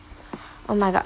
oh my god